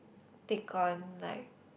take on like